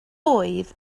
oedd